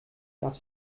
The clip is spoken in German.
darf